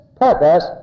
purpose